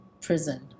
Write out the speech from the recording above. prison